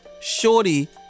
shorty